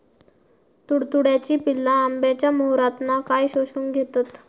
तुडतुड्याची पिल्ला आंब्याच्या मोहरातना काय शोशून घेतत?